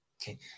Okay